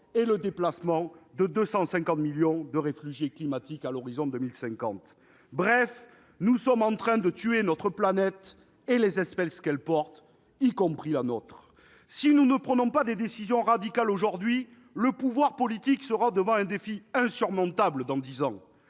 et le déplacement de 250 millions de réfugiés climatiques à l'horizon de 2050. Bref, nous sommes en train de tuer notre planète et les espèces qu'elle porte, la nôtre incluse. Si nous ne prenons pas des décisions radicales aujourd'hui, le pouvoir politique sera devant un défi insurmontable dans dix ans